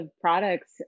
products